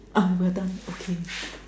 ah we're done okay